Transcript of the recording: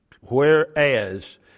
Whereas